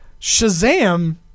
shazam